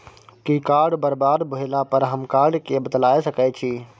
कि कार्ड बरबाद भेला पर हम कार्ड केँ बदलाए सकै छी?